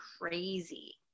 crazy